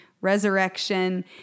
resurrection